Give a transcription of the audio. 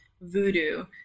voodoo